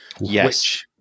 Yes